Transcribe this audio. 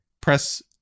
press